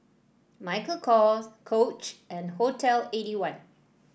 Michael Kors Coach and Hotel Eighty one